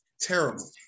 Terrible